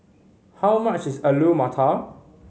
how much is Alu Matar